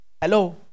Hello